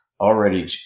already